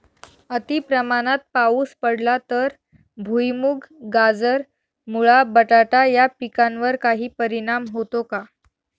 अतिप्रमाणात पाऊस पडला तर भुईमूग, गाजर, मुळा, बटाटा या पिकांवर काही परिणाम होतो का?